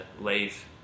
leave